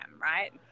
right